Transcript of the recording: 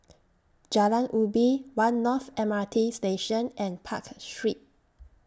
Jalan Ubi one North M R T Station and Park Street